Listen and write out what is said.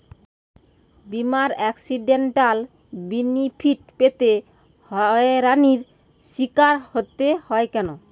বিমার accidental benefit পেতে হয়রানির স্বীকার হতে হয় কেন?